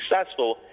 successful